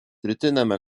rytiniame